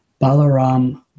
Balaram